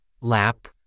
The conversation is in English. lap